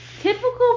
Typical